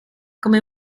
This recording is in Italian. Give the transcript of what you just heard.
come